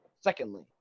Secondly